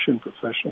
professional